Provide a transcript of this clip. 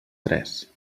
tres